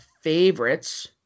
favorites